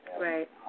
Right